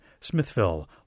Smithville